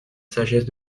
sagesse